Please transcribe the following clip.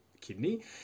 kidney